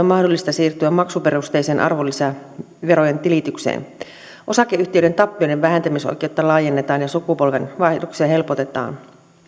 mahdollista siirtyä maksuperusteiseen arvonlisäverojen tilitykseen osakeyhtiöiden tappioiden vähentämisoikeutta laajennetaan ja sukupolvenvaihdoksia helpotetaan